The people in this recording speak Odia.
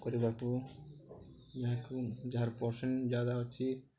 କରିବାକୁ ଯାହାକୁ ଯାହାର ପରସେଣ୍ଟ ଜ୍ୟାଦା ଅଛି